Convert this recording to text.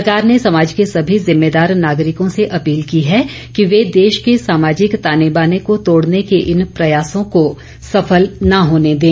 सरकार ने समाज के सभी जिम्मेदार नागरिकों से अपील की है कि वे देश के सामाजिक ताने बाने को तोड़ने के इन प्रयासों को सफल न होने दें